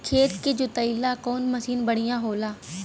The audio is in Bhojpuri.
खेत के जोतईला कवन मसीन बढ़ियां होला?